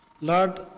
Lord